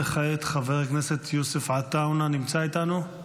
וכעת חבר הכנסת יוסף עטאונה, נמצא איתנו?